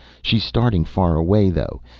she's starting far away though,